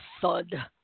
thud